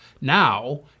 now